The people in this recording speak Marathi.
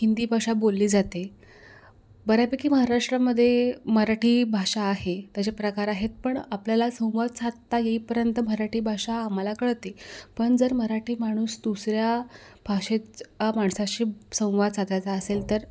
हिंदी भाषा बोलली जाते बऱ्यापैकी महाराष्ट्रामध्ये मराठी भाषा आहे त्याचे प्रकार आहेत पण आपल्याला संवाद साधता येईपर्यंत मराठी भाषा आम्हाला कळते पण जर मराठी माणूस दुसऱ्या भाषेचा माणसाशी संवाद साधायचा असेल तर